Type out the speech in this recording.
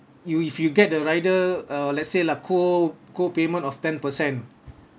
you if you get the rider uh let's say lah co~ copayment of ten percent